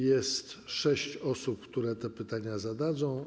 Jest 6 osób, które te pytania zadadzą.